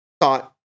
thought